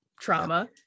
trauma